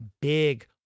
big